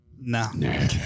No